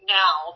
now